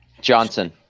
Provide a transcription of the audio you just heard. Johnson